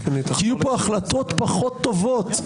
יהיו פה החלטות פחות טובות,